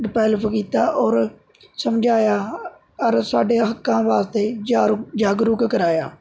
develop ਕੀਤਾ ਔਰ ਸਮਝਾਇਆ ਅਤੇ ਸਾਡੇ ਹੱਕਾਂ ਵਾਸਤੇ ਜਾਗਰੂਕ ਕਰਾਇਆ